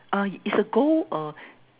uh it's a gold uh